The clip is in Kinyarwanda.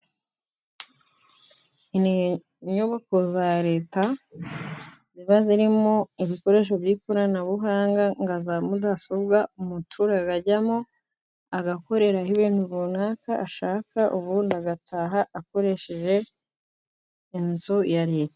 Inyubako za Leta ziba zirimo ibikoresho by'ikoranabuhanga nka za mudasobwa, umuturage ajyamo agakoreraho ibintu runaka ashaka, ubundi agataha akoresheje inzu ya Leta.